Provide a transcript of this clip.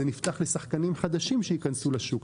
הנושא הזה נפתח לשחקנים חדשים שייכנסו לשוק,